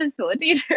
Facilitator